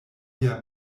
via